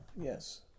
Yes